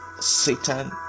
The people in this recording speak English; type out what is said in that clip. Satan